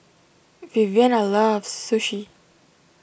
Viviana loves Sushi